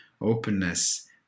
openness